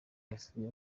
yasuye